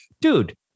Dude